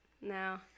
No